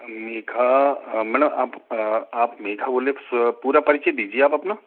Megha ma'am आप आप मेघा बोल रहे हो सो पूरा परिचय दीजिए आप अपना